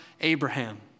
Abraham